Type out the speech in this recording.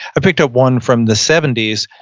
i picked up one from the seventy s,